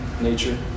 nature